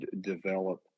develop